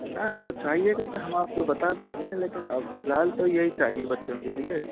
ना वो चाहिएगा तो हम आपको बता देंगे लेकिन अब फिलहाल तो यही चाहिए बच्चों के लिए